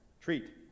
Treat